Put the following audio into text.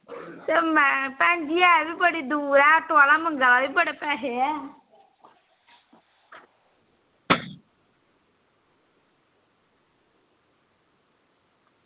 भैन जी ऐ बी बड़ी दूर ऐ ऑटो आह्ला मंग्गा दा बी बड़े पैसे ऐ